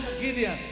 Gideon